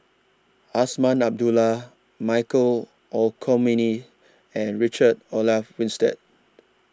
Azman Abdullah Michael Olcomendy and Richard Olaf Winstedt